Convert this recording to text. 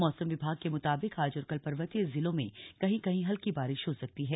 मौसम विभाग के मुताबिक आज और कल पर्वतीय जिलों में कहीं कहीं हल्की बारिश हो सकती है